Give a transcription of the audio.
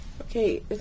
Okay